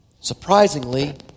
Surprisingly